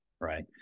right